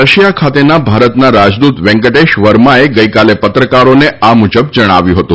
Russia ખાતેના ભારતના રાજદૂત વેંક્ટેશ વર્માએ ગઈકાલે પત્રકારોને આ મુજબ જણાવ્યું હતું